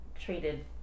treated